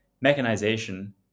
mechanization